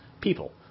people